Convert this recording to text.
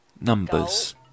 numbers